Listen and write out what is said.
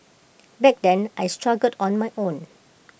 back then I struggled on my own